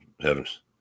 heavens